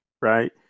right